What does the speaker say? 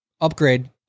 upgrade